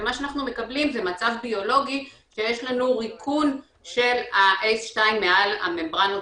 ומה שאנחנו מקבלים זה מצב ביולוגי שיש לנו ריקון של ה-ACE2מעל הממברנות